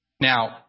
Now